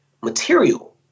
material